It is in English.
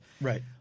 Right